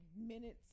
minutes